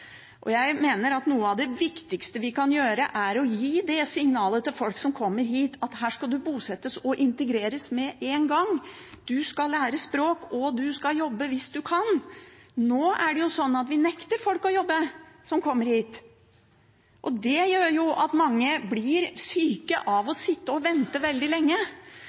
Jeg mener at noe av det viktigste vi kan gjøre, er å gi signal til folk som kommer hit om at her skal man bosettes og integreres med én gang, man skal lære språk, og man skal jobbe hvis man kan. Nå er det sånn at vi nekter folk som kommer hit, å jobbe, og det gjør jo at mange blir syke av å sitte og vente veldig lenge.